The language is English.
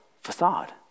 facade